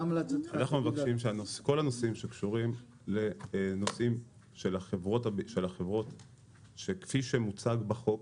אנחנו מבקשים שכל הנושאים שקשורים לנושאים של החברות שכפי שמוצג בחוק